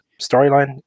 storyline